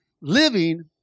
Living